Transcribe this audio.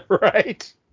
Right